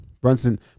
Brunson